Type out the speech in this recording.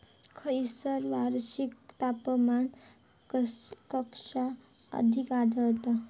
खैयसर वार्षिक तापमान कक्षा अधिक आढळता?